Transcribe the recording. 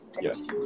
yes